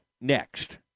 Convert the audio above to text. next